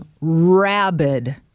rabid